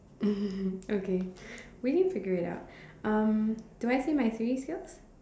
okay we can we figure it out um do I say my three skills